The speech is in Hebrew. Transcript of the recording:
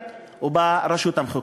בפרלמנט וברשות המחוקקת.